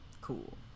cool